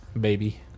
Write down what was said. baby